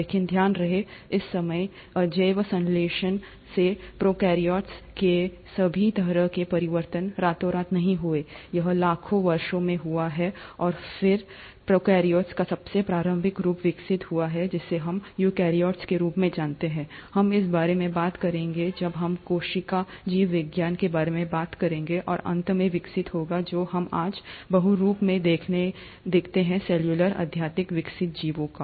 लेकिन ध्यान रहे इस समय अजैव संश्लेषण से प्रोकैरियोट्स के सभी तरह के परिवर्तन रातोंरात नहीं हुए हैं यह लाखों वर्षों में हुआ है और फिर प्रोकैरियोट्स का सबसे प्रारंभिक रूप विकसित हुआ है जिसे हम यूकार्योट्स के रूप में जानते हैं हम हम इस बारे में बात करेंगे जब हम कोशिका जीव विज्ञान के बारे में बात करते हैं और अंत में विकसित होगा जो हम आज बहुरूप में देखते हैं सेलुलर अत्यधिक विकसित जीवों के